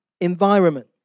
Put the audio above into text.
environment